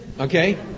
okay